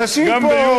אנשים פה, בלירות.